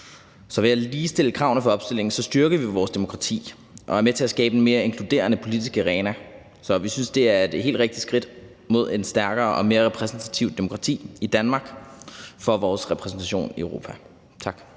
Så ved at ligestille kravene for opstilling styrker vi vores demokrati og er med til at skabe en mere inkluderende politisk arena. Så vi synes, det er et helt rigtigt skridt mod et stærkere og mere repræsentativt demokrati i Danmark i forhold til vores repræsentation i Europa. Tak.